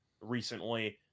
recently